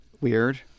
weird